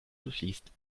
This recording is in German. durchfließt